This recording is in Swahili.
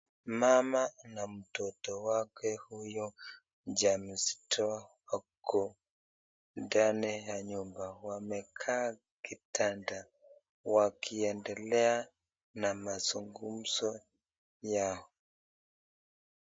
Mama na mtoto wake huyo mjamzito, wako ndani ya nyumba wamekaa kitanda wakiendelea na mazungumzo yao.